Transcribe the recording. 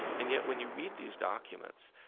and yet when you read these documents,